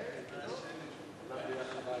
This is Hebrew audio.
אוקיי, טוב.